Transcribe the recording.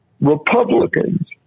Republicans